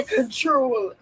control